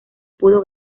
pudo